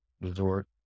resort